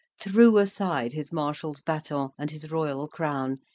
threw aside his marshal's baton and his royal crown,